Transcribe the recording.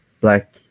black